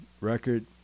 record